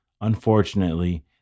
Unfortunately